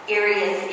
areas